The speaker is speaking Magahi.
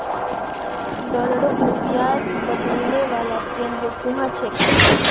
डॉलरक रुपयात बदलने वाला केंद्र कुहाँ छेक